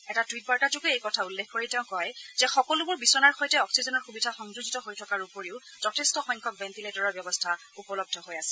এটা টুইটবাৰ্তাযোগে এই কথা উল্লেখ কৰি তেওঁ কয় যে সকলোবোৰ বিচনাৰ সৈতে অক্সিজেনৰ সুবিধা সংযোজিত হৈ থকাৰ উপৰিও যথেষ্ট সংখ্যক ভেণ্টিলেটৰৰ ব্যৱস্থা উপলব্ধ হৈ আছে